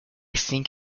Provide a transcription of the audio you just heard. think